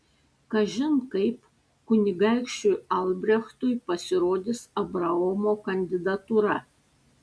kažin kaip kunigaikščiui albrechtui pasirodys abraomo kandidatūra